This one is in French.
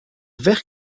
vert